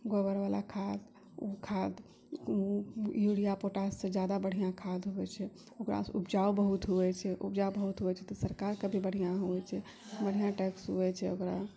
गोबरवला खाद ओ खाद यूरिया पोटाससँ ज्यादा बढ़िआँ खाद होइ छै ओकरा सँ उपजा बहुत होइ छै उपजा बहुत होइ छै तऽ सरकारके भी बहुत बढ़िआँ होइ छै बढ़िआँ टैक्स होइ छै ओकरा